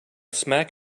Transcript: smack